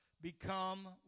become